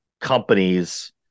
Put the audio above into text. companies